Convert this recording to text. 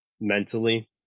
mentally